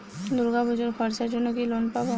দূর্গাপুজোর খরচার জন্য কি লোন পাব?